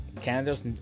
Canada's